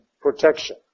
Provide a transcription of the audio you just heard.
protection